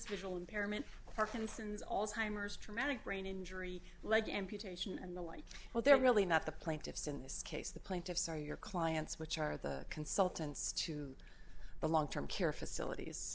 visual impairment parkinson's also timers traumatic brain injury leg amputation and the like well they're really not the plaintiffs in this case the plaintiffs are your clients which are the consultants to the long term care facilities